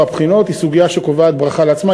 הבחינות היא סוגיה שקובעת ברכה לעצמה.